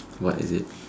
what is it